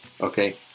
Okay